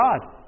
God